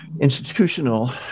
institutional